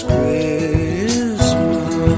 Christmas